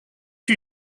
you